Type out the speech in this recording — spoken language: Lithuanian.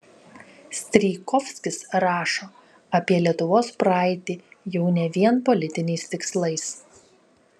strijkovskis rašo apie lietuvos praeitį jau ne vien politiniais tikslais